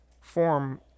form